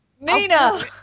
Nina